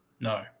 No